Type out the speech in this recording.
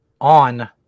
on